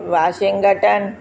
Washington